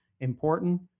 important